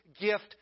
gift